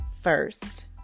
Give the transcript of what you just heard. first